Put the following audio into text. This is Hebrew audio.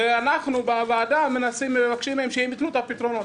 ואנחנו בוועדה מבקשים מהם שהם ייתנו את הפתרונות.